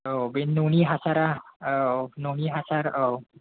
औ बे न'नि हासारा औ न'नि हासार औ